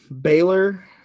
Baylor